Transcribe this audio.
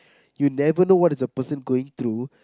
you never know what is the person going through